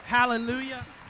Hallelujah